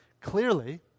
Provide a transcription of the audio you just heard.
Clearly